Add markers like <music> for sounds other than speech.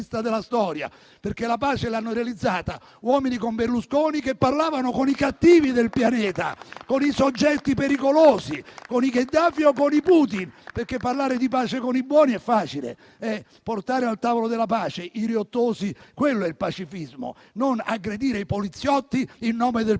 della storia, perché la pace l'hanno realizzata uomini come Berlusconi che parlavano con i cattivi del pianeta, <applause> con i soggetti pericolosi, con i Gheddafi o con i Putin. Parlare di pace con i buoni è facile; portare al tavolo della pace i riottosi, quello è pacifismo, non aggredire i poliziotti in nome del